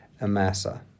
Amasa